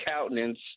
countenance